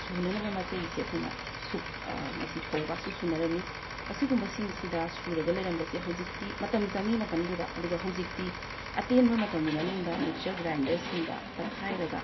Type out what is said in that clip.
ꯁꯨꯅꯅꯕ ꯃꯆꯩꯁꯦ ꯑꯩꯈꯣꯏꯅ ꯁꯨꯛ ꯃꯁꯤ ꯐꯧꯀꯥꯁꯨ ꯁꯨꯅꯔꯝꯃꯤ ꯑꯁꯤꯒꯨꯝꯕꯁꯤꯡꯁꯤꯗ ꯁꯨꯔꯒ ꯂꯩꯔꯝꯕꯁꯦ ꯍꯧꯖꯤꯛꯇꯤ ꯃꯇꯝ ꯆꯪꯏ ꯃꯇꯝꯗꯨꯗ ꯑꯗꯨꯒ ꯍꯧꯖꯤꯛꯇꯤ ꯑꯇꯦꯟꯕ ꯃꯇꯝꯒꯤ ꯃꯅꯨꯡꯗ ꯃꯤꯛꯆꯔ ꯒ꯭ꯔꯥꯏꯟꯗꯔꯁꯤꯡꯗ ꯇꯈꯥꯏꯔꯒ